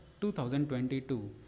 2022